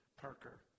Parker